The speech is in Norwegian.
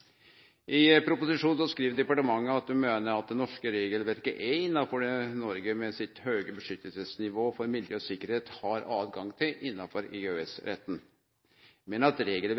I proposisjonen skriv departementet at dei meiner det norske regelverket er innanfor det Noreg med sitt høge vernenivå for miljø og sikkerheit har høve til innanfor EØS-retten, men at